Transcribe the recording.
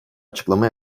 açıklama